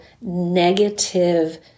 negative